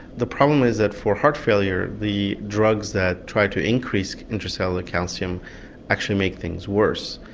the problem is that for heart failure the drugs that try to increase intra-cellular calcium actually make things worse.